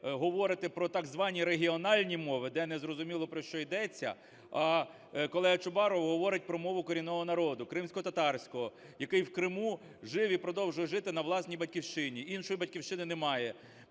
говорите про так звані регіональні мови, де не зрозуміло, про що йдеться. Колега Чубаров говорить про мову корінного народу – кримськотатарського, який в Криму жив і продовжує жити на власній Батьківщині, іншої Батьківщини не має.